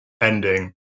ending